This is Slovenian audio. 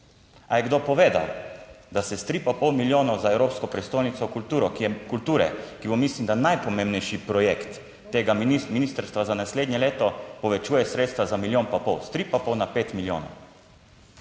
A je kdo povedal, da se s tri pa pol milijonov za evropsko prestolnico kulture, ki bo mislim, da najpomembnejši projekt tega ministrstva za naslednje leto, povečuje sredstva za milijon pa pol, tri pa pol na 5 milijonov.